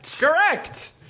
Correct